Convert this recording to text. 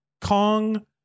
Kong